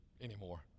anymore